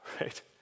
right